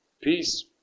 Peace